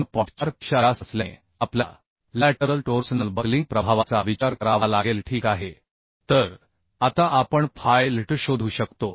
4 पेक्षा जास्त असल्याने आपल्याला लॅटरल टोर्सनल बकलिंग प्रभावाचा विचार करावा लागेल ठीक आहे तर आता आपण फाय Ltशोधू शकतो